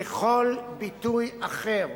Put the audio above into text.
ככל ביטוי אחר.